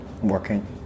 working